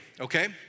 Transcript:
okay